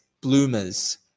bloomers